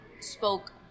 spoke